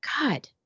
God